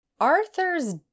Arthur's